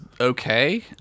okay